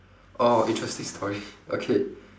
orh interesting story okay